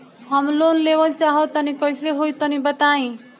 हम लोन लेवल चाह तनि कइसे होई तानि बताईं?